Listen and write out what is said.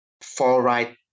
far-right